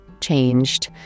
changed